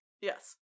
Yes